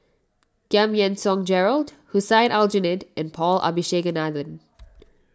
Giam Yean Song Gerald Hussein Aljunied and Paul Abisheganaden